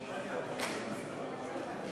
החליט אחד ממזכירי ההסתדרות להתפטר.